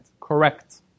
Correct